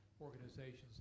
organizations